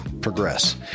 progress